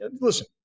Listen